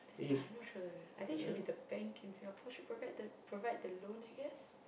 that's the thing I not sure eh I think should be the bank in Singapore should provide that provide the loan I guess